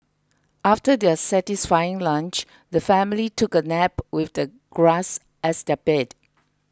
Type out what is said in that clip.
after their satisfying lunch the family took a nap with the grass as their bed